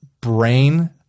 brain